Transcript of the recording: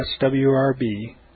swrb